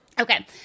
Okay